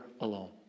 alone